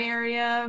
area